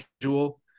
visual